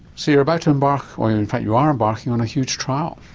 so you're about to embark, well in fact you are embarking on a huge trial?